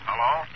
Hello